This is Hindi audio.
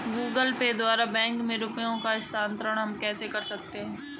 गूगल पे द्वारा बैंक में रुपयों का स्थानांतरण हम कैसे कर सकते हैं?